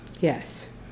yes